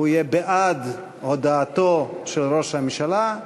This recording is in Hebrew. יהיה בעד הודעתו של ראש הממשלה,